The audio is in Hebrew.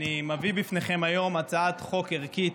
אני מביא בפניכם היום הצעת חוק ערכית,